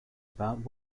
about